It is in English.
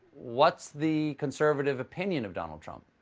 what's the conservative opinion of donald trump?